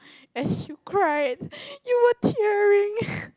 as you cried you were tearing